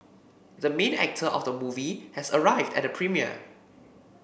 the main actor of the movie has arrived at the premiere